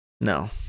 No